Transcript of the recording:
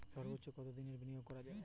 সর্বোচ্চ কতোদিনের বিনিয়োগ করা যায়?